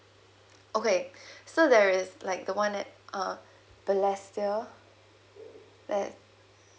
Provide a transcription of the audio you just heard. okay so there is like the one at uh belestia that